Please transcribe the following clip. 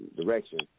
direction